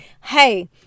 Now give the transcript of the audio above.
hey